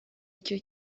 icyo